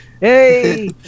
Hey